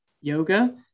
yoga